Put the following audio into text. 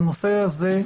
בנושא הזה,